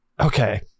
okay